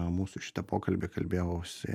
mūsų šitą pokalbį kalbėjausi